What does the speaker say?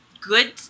good